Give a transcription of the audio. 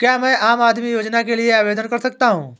क्या मैं आम आदमी योजना के लिए आवेदन कर सकता हूँ?